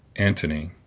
antony,